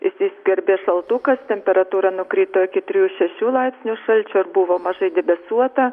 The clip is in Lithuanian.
įsiskverbė šaltukas temperatūra nukrito iki trijų šešių laipsnių šalčio ir buvo mažai debesuota